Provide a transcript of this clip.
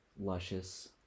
luscious